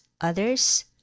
others